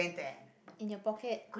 in your pocket